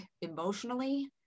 emotionally